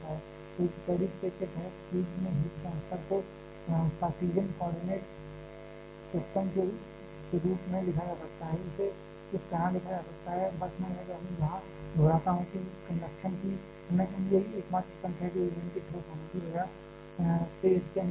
तो एक steady state के तहत फ्यूल में हीट ट्रांसफर को कार्टेशियन कोऑर्डिनेट सिस्टम के अनुरूप लिखा जा सकता है इसे इस तरह लिखा जा सकता है बस मैं यहां दोहराता हूं कि कंडक्शन ही एकमात्र तंत्र है जो ईंधन के ठोस होने की वजह से इसके अंदर हो रहा है